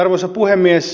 arvoisa puhemies